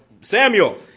Samuel